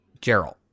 gerald